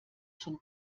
schon